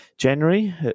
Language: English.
January